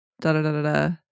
da-da-da-da-da